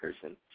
person